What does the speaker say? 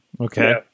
Okay